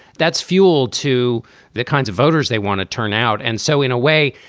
that's fuel to the kinds of voters they want to turn out. and so, in a way,